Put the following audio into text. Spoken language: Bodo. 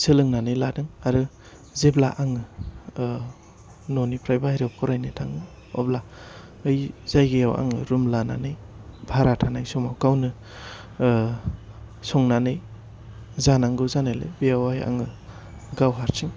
सोलोंनानै लादों आरो जेब्ला आङो न' निफ्राय बायह्रायाव फरायनो थाङो अब्ला बै जायगायाव आङो रुम लानानै बाहरा थानाय समाव गावनो संनानै जानांगौ जानायलाय बेयावहाय आङो गाव हारसिं